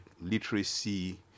literacy